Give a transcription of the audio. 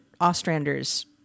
Ostrander's